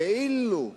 כאילו.